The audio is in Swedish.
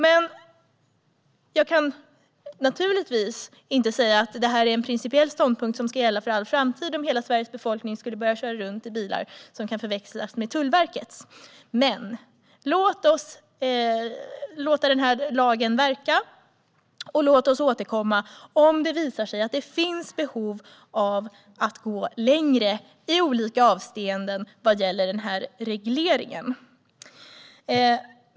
Men jag kan naturligtvis inte säga att det är en principiell ståndpunkt som ska gälla för all framtid, om hela Sveriges befolkning skulle börja köra runt i bilar som kan förväxlas med Tullverkets. Låt oss låta den här lagen verka och sedan återkomma om det visar sig att det finns behov av att gå längre i olika avseenden vad gäller den här regleringen.